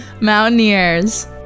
mountaineers